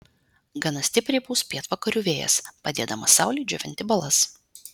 gana stipriai pūs pietvakarių vėjas padėdamas saulei džiovinti balas